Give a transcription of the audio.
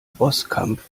bosskampf